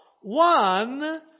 One